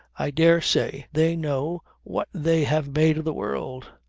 i dare say they know what they have made of the world.